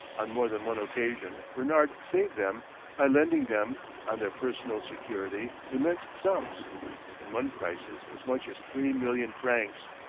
on more than one occasion bernard saved them by lending them, on their personal security, immense sums in one crisis as much as three million francs.